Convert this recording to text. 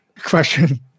question